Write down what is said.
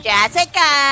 Jessica